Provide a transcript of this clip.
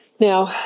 Now